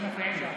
בבקשה.